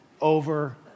over